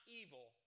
evil